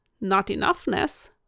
not-enoughness